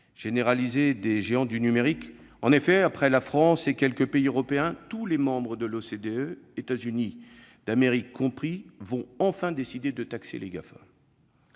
généralisée des géants du numérique. Après la France et quelques pays européens, tous les membres de l'OCDE, États-Unis d'Amérique compris, vont enfin décider de taxer les GAFA.